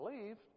believed